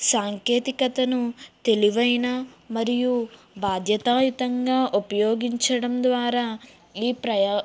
సాంకేతికతను తెలివైన మరియు బాధ్యతాయుతంగా ఉపయోగించడం ద్వారా ఈ ప్రయా